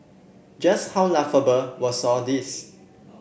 just how laughable was all this